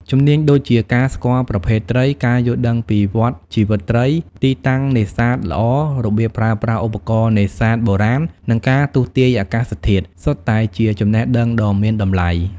ជំនាញដូចជាការស្គាល់ប្រភេទត្រី ការយល់ដឹងពីវដ្តជីវិតត្រី ទីតាំងនេសាទល្អ របៀបប្រើប្រាស់ឧបករណ៍នេសាទបុរាណ និងការទស្សន៍ទាយអាកាសធាតុ សុទ្ធតែជាចំណេះដឹងដ៏មានតម្លៃ។